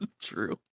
true